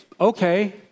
Okay